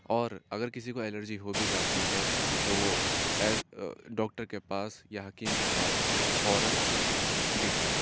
اور اگر کسی کو الرجی ہو بھی جاتی ہے تو وہ ڈاکٹر کے پاس یا حکیم کے پاس فوراً دکھائے